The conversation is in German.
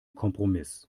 kompromiss